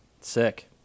Sick